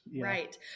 Right